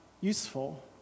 useful